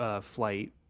flight